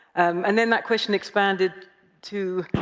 and then that question expanded to,